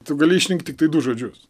tu gali išrinkti tiktai du žodžius